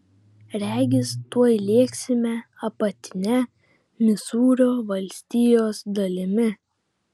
regis tuoj lėksime apatine misūrio valstijos dalimi